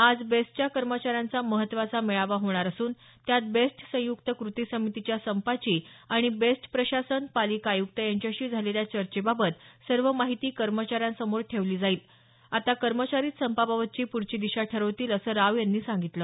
आज बेस्टच्या कर्मचाऱ्यांचा महत्वाचा मेळावा होणार असून त्यात बेस्ट संयुक्त कृती समितीच्या संपाची आणि बेस्ट प्रशासन पालिका आयुक्त यांच्याशी झालेल्या चर्चेबाबत सर्व माहिती कर्मचाऱ्यांसमोर ठेवली जाईल आता कर्मचारीच संपाबाबतची प्रढची दिशा ठरवतील असं राव यांनी सांगितलं